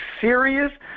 serious